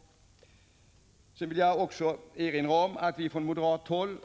1985/86:159 Jag vill också erinra om att vi från moderat håll